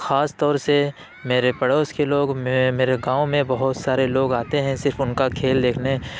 خاص طور سے میرے پڑوس کے لوگ میرے گاؤں میں بہت سارے لوگ آتے ہیں صرف ان کا کھیل دیکھنے